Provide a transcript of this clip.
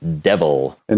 Devil